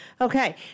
Okay